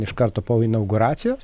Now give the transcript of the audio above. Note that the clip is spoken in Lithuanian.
iš karto po inauguracijos